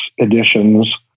editions